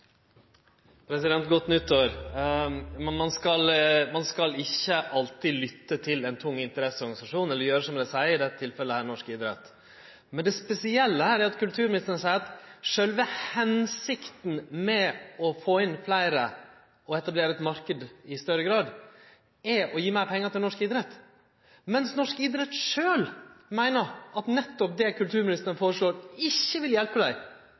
oppfølgingsspørsmål. Godt nytt år. Ein skal ikkje alltid lytte til ein tung interesseorganisasjon eller gjere som han seier – i dette tilfellet norsk idrett. Det spesielle her er at kulturministeren seier at sjølve hensikta med å få inn fleire og etablere ein marknad i større grad, er å gje meir pengar til norsk idrett, mens norsk idrett sjølv meiner at nettopp det kulturministeren foreslår, ikkje vil hjelpe